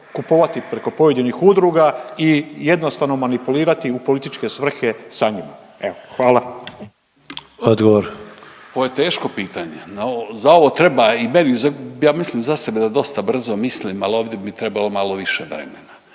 kupovati preko pojedinih udruga i jednostavno manipulirati u političke svrhe s njima? Evo, hvala. **Sanader, Ante (HDZ)** Odgovor. **Prkačin, Ante (HRB)** Ovo je teško pitanje. Za ovo treba, ja mislim za sebe da dosta brzo mislim ali ovdje bi mi trebalo malo više vremena.